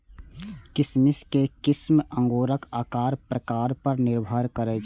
किशमिश के किस्म अंगूरक आकार प्रकार पर निर्भर करै छै